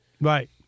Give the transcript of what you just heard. Right